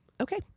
okay